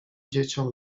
dzieciom